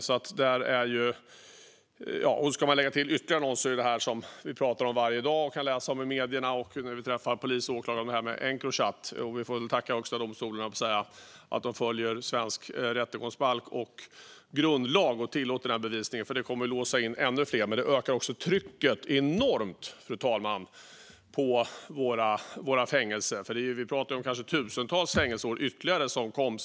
Man kan även lägga till någonting som vi pratar om varje dag, som vi kan läsa om i medierna och som tas upp när vi träffar polis och åklagare, nämligen Encrochat. Vi får väl även tacka Högsta domstolen, höll jag på att säga, för att den följer svensk rättegångsbalk och grundlag och tillåter denna bevisning. Det kommer nämligen att låsa in ännu fler. Det ökar dock trycket på våra fängelser enormt, fru talman, för vi pratar ju om kanske tusentals ytterligare fängelseår.